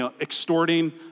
extorting